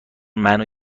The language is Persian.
منو